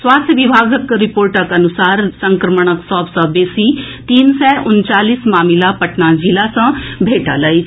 स्वास्थ्य विभागक रिपोर्टक अनुसार संक्रमणक सभ सॅ बेसी तीन सय उनचालीस मामिला पटना जिला सॅ भेटल अछि